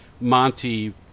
Monty